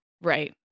right